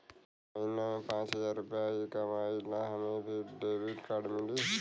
हम महीना में पाँच हजार रुपया ही कमाई ला हमे भी डेबिट कार्ड मिली?